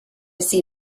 see